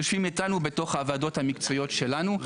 יושבים איתנו בתוך הוועדות המקצועיות שלנו,